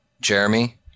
Jeremy